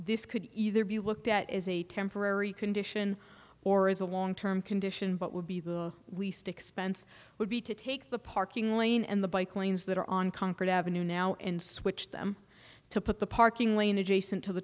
this could either be looked at is a temporary condition or is a long term condition but would be the least expense would be to take the parking lane and the bike lanes that are on concord ave now and switch them to put the parking lane adjacent to the